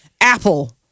Apple